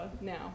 now